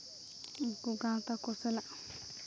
ᱩᱱᱠᱩ ᱜᱟᱶᱛᱟ ᱠᱚ ᱥᱟᱞᱟᱜ